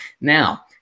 Now